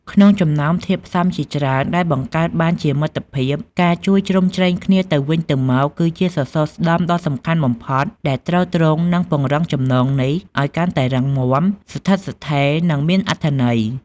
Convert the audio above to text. ក្នុងចំណោមធាតុផ្សំជាច្រើនដែលបង្កើតបានជាមិត្តភាព ការជួយជ្រោមជ្រែងគ្នាទៅវិញទៅមក គឺជាសសរស្តម្ភដ៏សំខាន់បំផុត ដែលទ្រទ្រង់ និងពង្រឹងចំណងនេះឲ្យកាន់តែរឹងមាំ ស្ថិតស្ថេរ និងមានអត្ថន័យ។